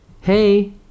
Hey